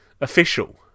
official